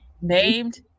named